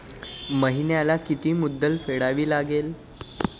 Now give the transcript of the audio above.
महिन्याला किती मुद्दल फेडावी लागेल?